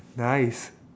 nice